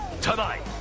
tonight